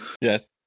Yes